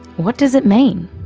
what does it mean?